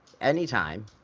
anytime